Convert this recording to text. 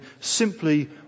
simply